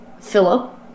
philip